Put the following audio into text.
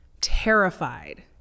terrified